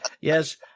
Yes